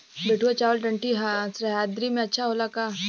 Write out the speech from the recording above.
बैठुआ चावल ठंडी सह्याद्री में अच्छा होला का?